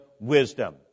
wisdom